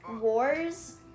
wars